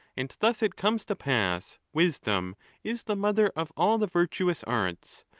and, thus it comes to pass wisdom is the mother of all the virtuous arts,